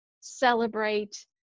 celebrate